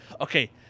okay